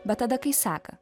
bet tada kai seka